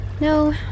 No